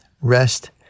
Rest